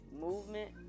movement